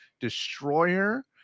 destroyer